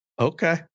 Okay